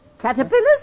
Caterpillars